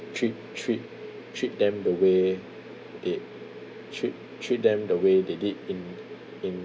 treat treat treat them the way they treat treat them the way they did in in